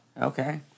Okay